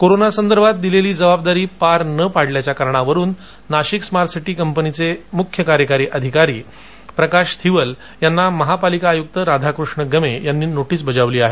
corona संदर्भात दिलेली जबाबदारी पार न पडल्याच्या कारणावरून नाशिक स्मार्ट सिटी कंपनीचे मुख्य कार्यकारी अधिकारी प्रकाश थविल यांना महापालिका आयुक्त राधाकृष्ण गमे यांनी नोटीस बजावली आहे